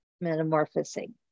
metamorphosing